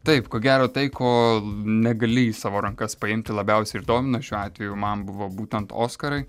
taip ko gero tai ko negali į savo rankas paimti labiausiai ir domina šiuo atveju man buvo būtent oskarai